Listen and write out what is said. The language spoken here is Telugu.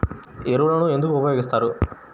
ఎరువులను ఎందుకు ఉపయోగిస్తారు?